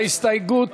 ההסתייגות